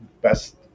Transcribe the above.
best